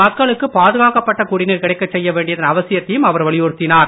மக்களுக்கு பாதுகாக்கப்பட்ட குடிநீர் கிடைக்கச் செய்ய வேண்டியதன் அவசியத்தையும் அவர் வலியுறுத்தினார்